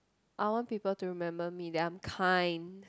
I want people to remember me that I'm kind